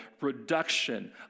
reduction